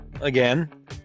again